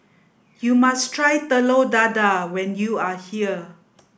you must try Telur Dadah when you are here